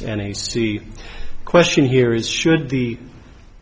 it's an a c question here is should the